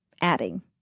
adding